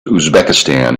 uzbekistan